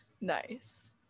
Nice